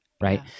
right